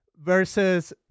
versus